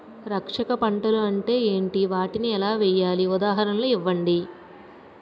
రక్షక పంటలు అంటే ఏంటి? వాటిని ఎలా వేయాలి? ఉదాహరణలు ఇవ్వండి?